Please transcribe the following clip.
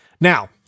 Now